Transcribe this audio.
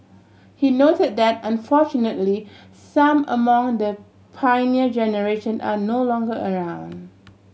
he note that unfortunately some among the Pioneer Generation are no longer around